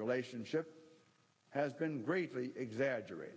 relationship has been greatly exaggerated